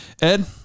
Ed